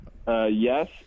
Yes